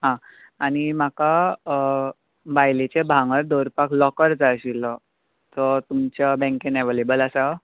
आं आनी म्हाका अ बायलेचे भांगर दवरपाक लॉकर जाय आशिल्लो सो तुमच्या बेंकेन अवॅलेबल आसा